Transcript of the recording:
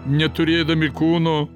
neturėdami kūno